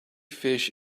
fish